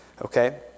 Okay